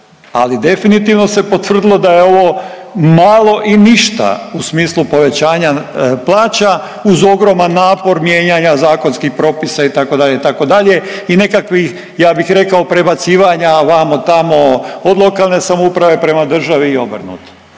Ali definitivno se potvrdilo da je ovo malo i ništa u smislu povećanja plaća uz ogroman napor mijenjanja zakonskih propisa itd., itd. i nekakvih ja bih rekao prebacivanja vamo tamo, od lokalne samouprave prema državi i obrnuto.